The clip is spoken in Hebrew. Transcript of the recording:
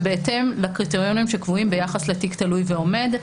ובהתאם לקריטריונים שקבועים ביחס לתיק תלוי ועומד,